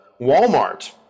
walmart